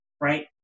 right